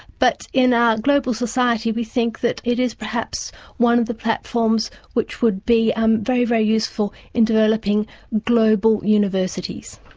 but in our global society we think that it is perhaps one of the platforms which would be um very, very useful in developing global universities.